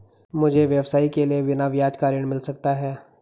मुझे व्यवसाय के लिए बिना ब्याज का ऋण मिल सकता है?